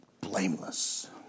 blameless